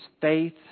faith